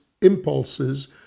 impulses